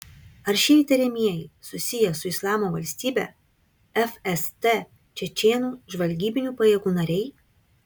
ar šie įtariamieji susiję su islamo valstybe fst čečėnų žvalgybinių pajėgų nariai